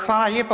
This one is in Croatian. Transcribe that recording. Hvala lijepo.